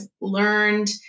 learned